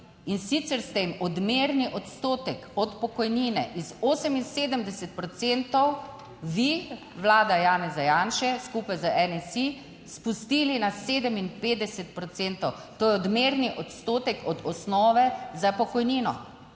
In sicer, ste jim odmerni odstotek od pokojnine iz 78 procentov, vi, Vlada Janeza Janše, skupaj z NSi spustili na 57 procentov, to je odmerni odstotek. Od osnove za pokojnino.